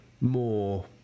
more